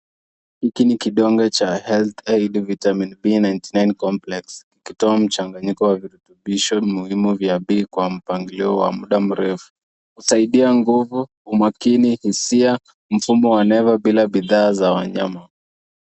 Hiki ni kidonge cha HeathAid Vitamin B99 Complex , ukitoa mchangnisho wa virutubisho muhimu vya B kwa mpangilio wa muda mrefu. Husaidia nguvu, umakini, hisia, mfumo wa nevo bila bidhaa za wanyama.